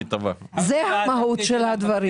זו המהות של הדברים.